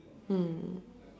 mm